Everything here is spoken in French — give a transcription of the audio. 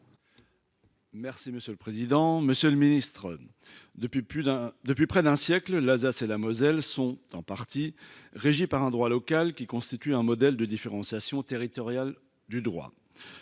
Merci monsieur le président, Monsieur le Ministre. Depuis plus d'un. Depuis près d'un siècle, l'Alsace et la Moselle sont en partie régis par un droit local qui constitue un modèle de différenciation territoriale du droit.